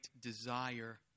desire